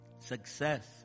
success